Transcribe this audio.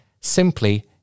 simply